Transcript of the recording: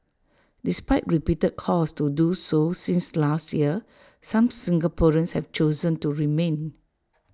despite repeated calls to do so since last year some Singaporeans have chosen to remain